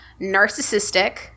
narcissistic